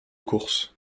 courses